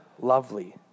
lovely